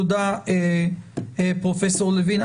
תודה לפרופסור לוין.